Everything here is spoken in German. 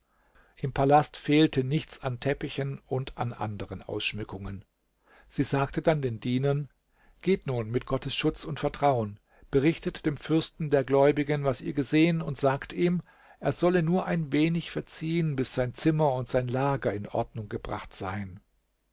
im palast fehlte nichts an teppichen und an anderen ausschmückungen sie sagte dann den dienern geht nun mit gottes schutz und vertrauen berichtet dem fürsten der gläubigen was ihr gesehen und sagt ihm er solle nur ein wenig verziehen bis sein zimmer und sein lager in ordnung gebracht seien